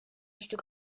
stück